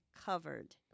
covered